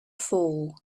fall